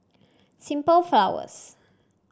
Simple Flowers